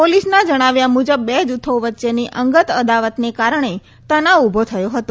પોલીસના જણાવ્યા મુજબ બે જૂથો વચ્ચેની અંગત અદાવતના કારણે તનાવ ઉભો થયો હતો